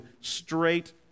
straight